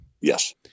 Yes